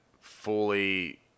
fully